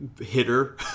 hitter